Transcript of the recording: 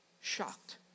Shocked